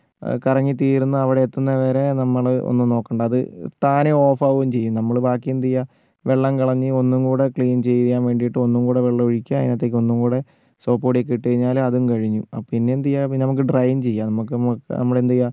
അത് കറങ്ങി തീരുന്ന അവിടെ എത്തുന്നത് വരെ നമ്മൾ ഒന്നും നോക്കണ്ട അത് താനേ ഓഫ് ആവുകയും ചെയ്യും നമ്മൾ ബാക്കി എന്ത് ചെയ്യുക വെള്ളം കളഞ്ഞ് ഒന്നും കൂടി ക്ലീൻ ചെയ്യാൻ വേണ്ടിയിട്ട് ഒന്നും കൂടി വെള്ളം ഒഴിക്കുക അതിനകത്തേക്ക് ഒന്നും കൂടി സോപ്പ് പൊടി ഒക്കെ ഇട്ടു കഴിഞ്ഞാൽ അതും കഴിഞ്ഞു പിന്നെ എന്ത് ചെയ്യുക പിന്നെ നമുക്ക് ഡ്രയിൻ ചെയ്യാം നമുക്ക് നമ്മൾ എന്ത് ചെയ്യാം